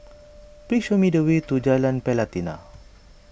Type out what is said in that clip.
please show me the way to Jalan Pelatina